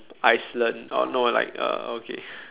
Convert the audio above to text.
Iceland or no like uh okay